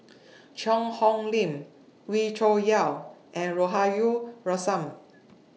Cheang Hong Lim Wee Cho Yaw and Rahayu